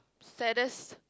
saddest